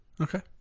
okay